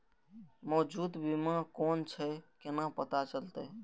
मौजूद बीमा कोन छे केना पता चलते?